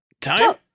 Time